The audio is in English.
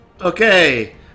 Okay